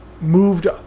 moved